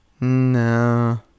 No